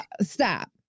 stop